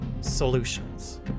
solutions